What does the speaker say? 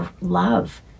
love